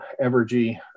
Evergy